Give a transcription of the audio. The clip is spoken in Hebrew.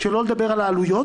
שלא לדבר על העלויות.